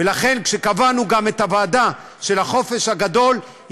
ולכן גם כשקבענו את הוועדה של החופש הגדול,